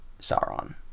Sauron